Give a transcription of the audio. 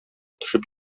төшеп